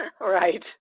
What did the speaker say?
Right